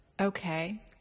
Okay